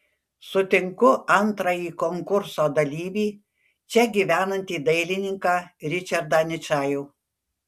sutinku antrąjį konkurso dalyvį čia gyvenantį dailininką ričardą ničajų